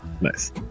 Nice